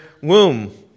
womb